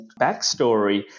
backstory